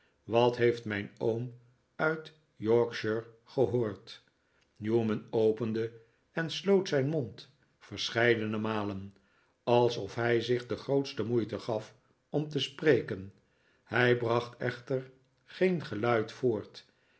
wat heeft mijn oom uit yorkshire gehoord newman opende en sloot zijn mond verscheidene malen alsof hij zich de grootste moeite gaf om te spreken hij bracht echter geen geluid voort